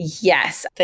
Yes